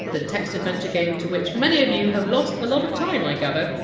the text adventure game to which many of you have lost a lot of time, i gather.